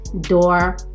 Door